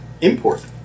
import